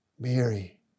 Mary